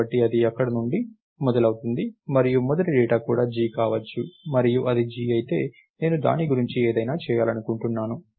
కాబట్టి అది అక్కడి నుండి మొదలవుతుంది మరియు మొదటి డేటా కూడా g కావచ్చు మరియు అది g అయితే నేను దాని గురించి ఏదైనా చేయాలనుకుంటున్నాను